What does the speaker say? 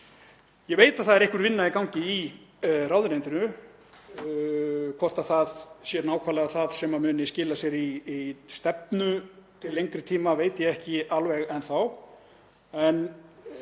Ég veit að það er einhver vinna í gangi í ráðuneytinu, hvort það sé nákvæmlega það sem muni skila sér í stefnu til lengri tíma veit ég ekki alveg enn þá